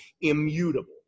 immutable